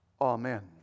amen